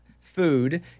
food